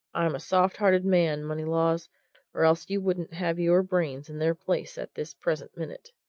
i'm a soft-hearted man, moneylaws or else you wouldn't have your brains in their place at this present minute!